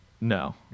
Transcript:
No